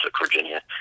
Virginia